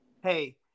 Hey